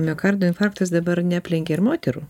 miokardo infarktas dabar neaplenkia ir moterų